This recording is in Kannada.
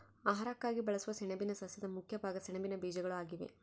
ಆಹಾರಕ್ಕಾಗಿ ಬಳಸುವ ಸೆಣಬಿನ ಸಸ್ಯದ ಮುಖ್ಯ ಭಾಗ ಸೆಣಬಿನ ಬೀಜಗಳು ಆಗಿವೆ